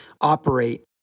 operate